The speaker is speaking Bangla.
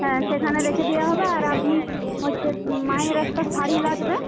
হ্যাঁ সেখানে রেখে দেওয়া হবে আর আপনি হচ্ছে মায়ের একটা শাড়ি লাগবে